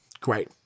Great